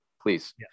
please